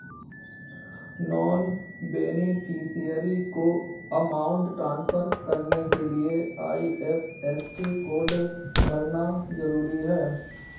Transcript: non beneficiary को amount transfer करने के लिए आई.एफ.एस.सी कोड भरना जरूरी है